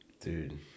Dude